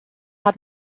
hat